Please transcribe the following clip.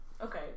Okay